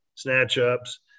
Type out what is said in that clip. snatch-ups